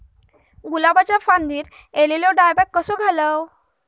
गुलाबाच्या फांदिर एलेलो डायबॅक कसो घालवं?